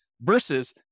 versus